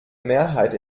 mehrheit